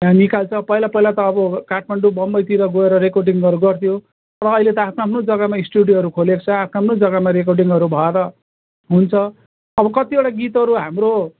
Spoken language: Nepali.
यहाँ निकाल्छ पहिला पहिला त अब काठमाडौँ बम्बईतिर गएर रेकर्डिङहरू गर्थ्यो र अहिले आफ्नो आफ्नो जग्गामा स्टुडियोहरू खोलेको छ आफ्नो आफ्नो जग्गामा रेकर्डिङहरू भएर हुन्छ अब कतिवटा गीतहरू हाम्रो